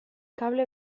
kable